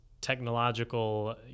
technological